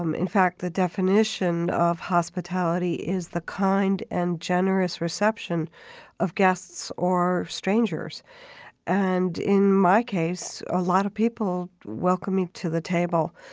um in fact, the definition of hospitality is the kind and generous reception of guests or strangers and in my case, a lot of people welcomed me to the table.